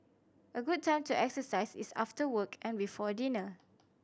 a good time to exercise is after work and before dinner